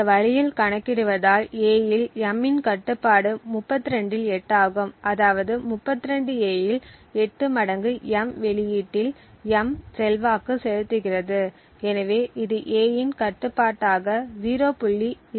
இந்த வழியில் கணக்கிடுவதால் A இல் M இன் கட்டுப்பாடு 32 இல் 8 ஆகும் அதாவது 32 A இல் 8 மடங்கு M வெளியீட்டில் M செல்வாக்கு செலுத்துகிறது எனவே இது A இன் கட்டுப்பாட்டாக 0